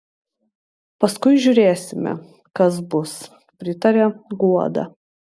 paskui žiūrėsime kas bus pritaria guoda